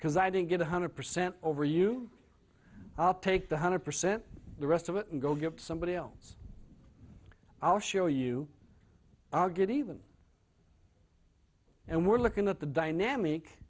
because i didn't get one hundred percent over you up take the hundred percent the rest of it and go get somebody else i'll show you are good even and we're looking at the dynamic